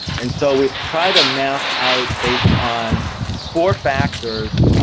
and so we've tried to map out, based on four factors,